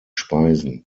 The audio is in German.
speisen